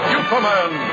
Superman